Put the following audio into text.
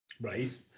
Right